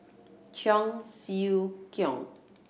Cheong Siew Keong